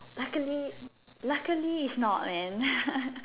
luckily luckily is not man